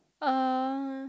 uh